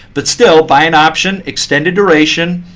but still, buy an option, extended duration,